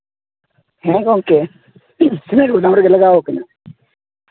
ᱦᱮᱸ ᱜᱚᱢᱠᱮ ᱦᱮᱸ ᱜᱚᱫᱟᱢ ᱨᱮᱜᱮ ᱞᱟᱜᱟᱣ ᱠᱟᱱᱟ